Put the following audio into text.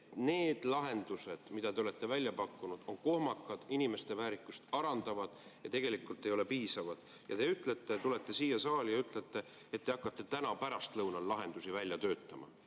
need lahendused, mida te olete välja pakkunud, on kohmakad, inimeste väärikust alandavad ega ole tegelikult piisavad. Te tulete siia saali ja ütlete, et te hakkate täna pärastlõunal lahendusi välja töötama.